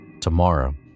Tomorrow